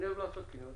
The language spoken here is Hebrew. אני אוהב לעשות קניות,